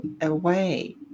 away